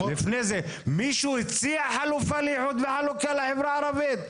לפני זה מישהו הציע חלופה לאיחוד וחלוקה לחברה הערבית?